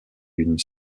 d’une